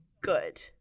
good